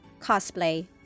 cosplay